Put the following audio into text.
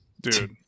dude